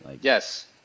Yes